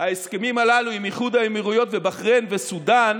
ההסכמים הללו עם איחוד האמירויות ובחריין וסודאן